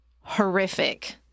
horrific